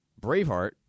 Braveheart